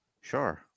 Sure